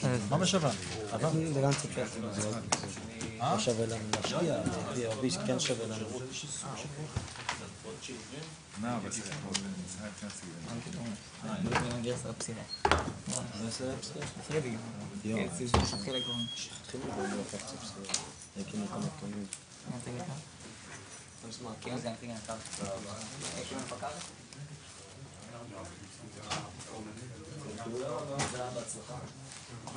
14:52.